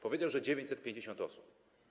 Powiedział, że 950 osób.